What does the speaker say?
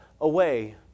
away